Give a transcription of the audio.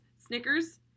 Snickers